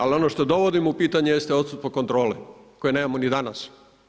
Ali ono što dovodim u pitanje jeste odsustvo kontrole koje nemamo ni danas.